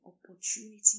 opportunity